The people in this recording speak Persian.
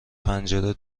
پنجره